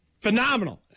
phenomenal